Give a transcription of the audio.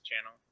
channel